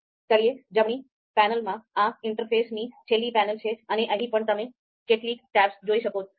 તળિયે જમણી પેનલમાં આ ઇન્ટરફેસની છેલ્લી પેનલ છે અને અહીં પણ તમે કેટલાક ટેબ્સ જોઈ શકો છો